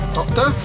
Doctor